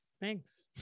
Thanks